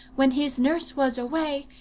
when his nurse was away,